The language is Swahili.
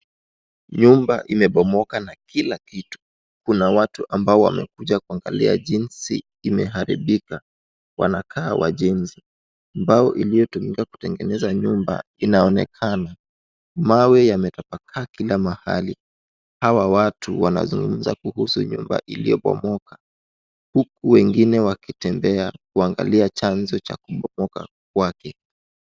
Nyumba imebomoka na kila kitu. Kuna watu ambao wamekuja kuangalia jinsi imeharibika, wanakaa wajenzi. Mbao iliyotumika kutengeneza nyumba inaonekana. Mawe yametapakaa kila mahali. Hawa watu wanazungumza kuhusu nyumba iliyobomoka, huku wengine wakitembea kuangalia chanzo cha kubomoka kwake.